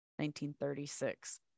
1936